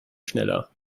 schneller